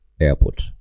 airport